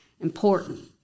important